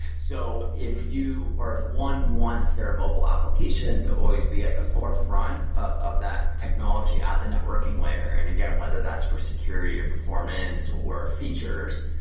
so, if you or if one wants their mobile application, they're always be at the forefront of that technology at the networking layer. and again, whether that's for security or performance, or features,